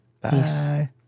Bye